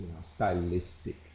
stylistic